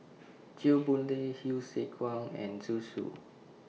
Chew Boon Lay Hsu Tse Kwang and Zhu Xu